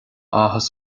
áthas